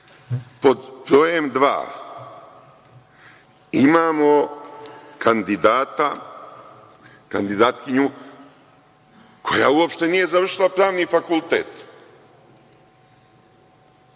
reč. Pod brojem dva imamo kandidata, kandidatkinju, koja uopšte nije završila pravni fakultet,